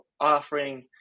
offering